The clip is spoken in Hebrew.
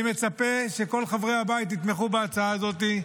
אני מצפה שכל חברי הבית יתמכו בהצעה הזאת.